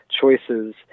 choices